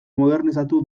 modernizatu